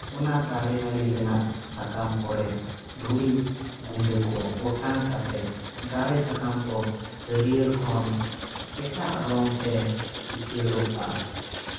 ᱚᱱᱟ ᱫᱟᱨᱮ ᱱᱟᱹᱲᱤ ᱨᱮᱱᱟᱜ ᱥᱟᱠᱟᱢ ᱠᱚᱨᱮ ᱫᱷᱩᱲᱤ ᱜᱩᱰᱟᱹ ᱠᱚ ᱚᱴᱟᱝ ᱠᱟᱛᱮ ᱫᱟᱨᱮ ᱥᱟᱠᱟᱢ ᱠᱚ ᱦᱟᱹᱨᱭᱟᱹᱲ ᱠᱷᱚᱱ ᱮᱴᱟᱜ ᱨᱚᱝᱛᱮ ᱩᱪᱟᱹᱲᱚᱜᱼᱟ